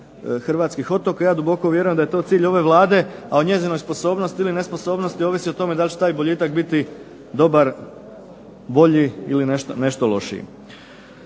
hrvatskih otoka. Ja duboko vjerujem da je to cilj ove Vlade, a o njezinoj sposobnosti ili nesposobnosti ovisi da li će taj boljitak biti dobar, bolji ili nešto lošiji.